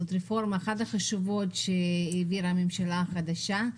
זאת הרפורמה אחת החשובות שהעבירה הממשלה החדשה.